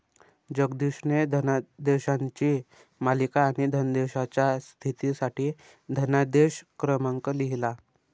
जगदीशने धनादेशांची मालिका आणि धनादेशाच्या स्थितीसाठी धनादेश क्रमांक लिहिला